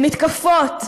למתקפות